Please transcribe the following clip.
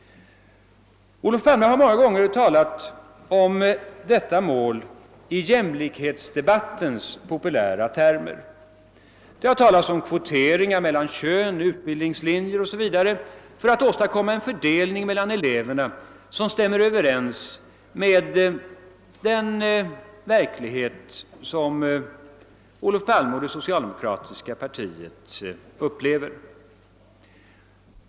Olof Palme har många gånger talat om detta mål i jämlikhetsdebattens populära termer. Det har talats om kvoteringar mellan kön, utbildningslinjer o.s.v. för att åstadkomma en fördelning mellan eleverna som stämmer överens med den verklighet som Olof Palme och det socialdemokratiska partiet upplever.